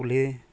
ᱠᱩᱞᱦᱤ